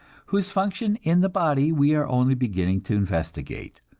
whose function in the body we are only beginning to investigate.